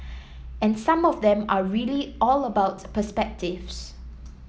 and some of them are really all about perspectives